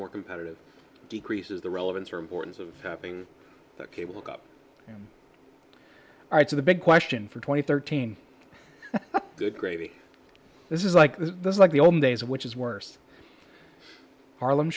more competitive decreases the relevance or importance of that cable look up to the big question for twenty thirteen good gravy this is like this like the old days which is worse harlem